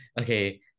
okay